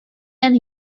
and